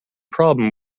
problem